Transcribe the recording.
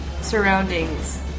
surroundings